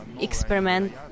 experiment